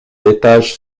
l’étage